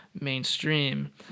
mainstream